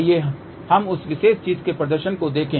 आइए हम इस विशेष चीज के प्रदर्शन को देखें